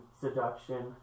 seduction